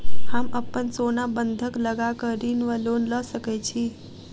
हम अप्पन सोना बंधक लगा कऽ ऋण वा लोन लऽ सकै छी?